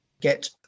get